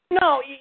No